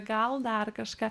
gal dar kažką